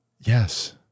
Yes